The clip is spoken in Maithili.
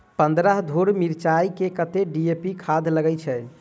पन्द्रह धूर मिर्चाई मे कत्ते डी.ए.पी खाद लगय छै?